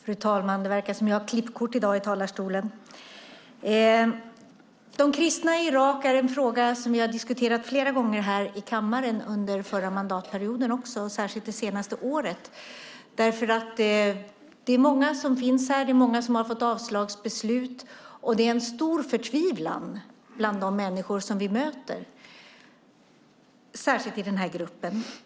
Fru talman! Frågan om de kristna i Irak har vi diskuterat här i kammaren flera gånger under den förra mandatperioden, särskilt det senaste året. Många finns här, många har fått avslagsbeslut. Vi möter en stor förtvivlan i den här gruppen.